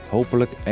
Hopelijk